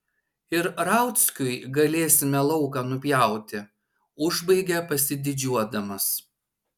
ir rauckiui galėsime lauką nupjauti užbaigia pasididžiuodamas